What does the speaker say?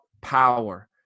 power